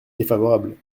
défavorable